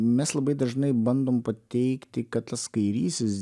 mes labai dažnai bandom pateikti kad tas kairysis